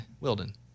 Wilden